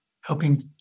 helping